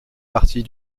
partie